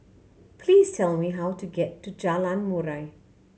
please tell me how to get to Jalan Murai